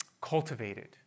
cultivated